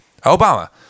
Obama